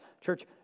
Church